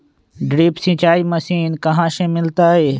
Drip सिंचाई machine कहाँ से मिलतै?